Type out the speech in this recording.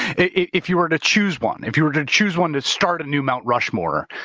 if you were to choose one, if you were to choose one to start a new mount rushmore.